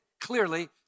Clearly